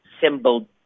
symbol